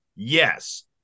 yes